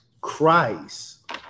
Christ